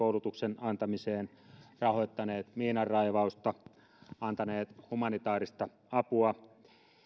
poliisikoulutuksen antamiseen rahoittaneet miinanraivausta ja antaneet humanitaarista apua